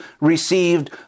received